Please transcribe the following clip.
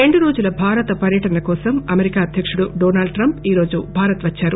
రెండురోజుల భారత పర్యటనకోసం అమెరికా అధ్యకుడు డొనాల్డ్ ట్రంప్ ఈరోజు భారత్ వచ్చారు